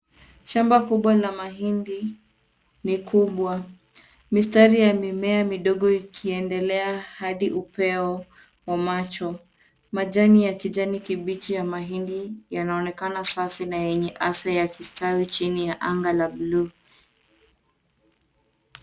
Shamba kubwa la mahindi ni kubwa, mistari ya mimea kidogo ikiendelea hadi upeo wa macho. Majani kibichi ya mahindi yanaonekana safi na yenye afya ya kistawi chini ya anga la bluu.